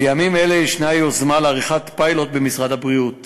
בימים אלה יש יוזמה לעריכת פיילוט במשרד הבריאות